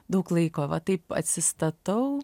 daug laiko va taip atsistatau